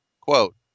Quote